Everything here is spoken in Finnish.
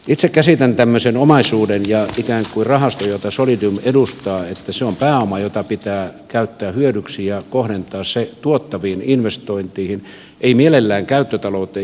itse käsitän tämmöisen omaisuuden ja ikään kuin rahaston jota solidium edustaa pääomaksi jota pitää käyttää hyödyksi ja kohdentaa se tuottaviin investointeihin ei mielellään käyttötalouteen jatkossa